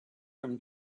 from